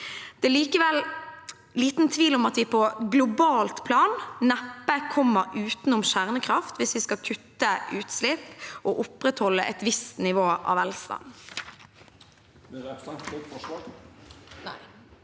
Det er likevel liten tvil om at vi på globalt plan neppe kommer utenom kjernekraft hvis vi skal kutte utslipp og opprettholde et visst nivå av velstand.